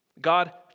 God